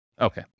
Okay